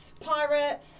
pirate